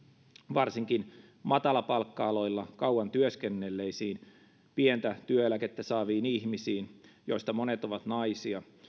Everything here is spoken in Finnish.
varsinkin matalapalkka aloilla kauan työskennelleisiin pientä työeläkettä saaviin ihmisiin joista monet ovat naisia